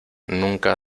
nunca